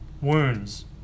wounds